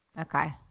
Okay